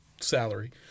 salary